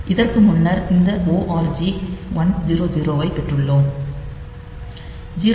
இதற்கு முன்னர் இந்த org 100 ஐப் பெற்றுள்ளோம்